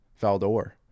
Valdor